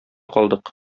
калдык